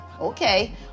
Okay